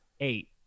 eight